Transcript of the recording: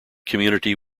community